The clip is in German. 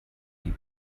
die